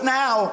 now